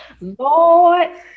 Lord